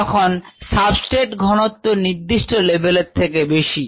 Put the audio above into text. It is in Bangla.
যখন সাবস্ট্রেট ঘনত্ব নির্দিষ্ট লেভেলের থেকে বেশি